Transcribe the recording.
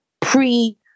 pre